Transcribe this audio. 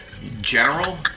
General